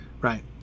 right